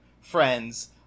friends